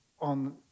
on